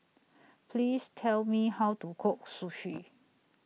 Please Tell Me How to Cook Sushi